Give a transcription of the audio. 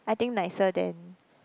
I think nicer than